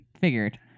Figured